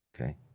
Okay